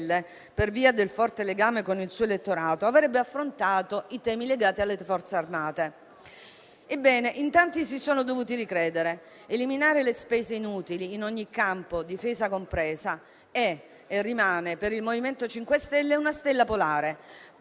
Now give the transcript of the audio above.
per via del forte legame con il suo elettorato, avrebbe affrontato i temi legati alle Forze armate. Ebbene, in tanti si sono dovuti ricredere. Eliminare le spese inutili in ogni campo, Difesa compresa, è e rimane per il MoVimento 5 Stelle una stella polare,